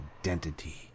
identity